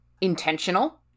intentional